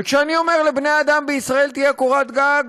כשאני אומר "לבני האדם בישראל תהיה קורת גג",